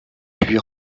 puis